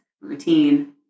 routine